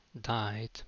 died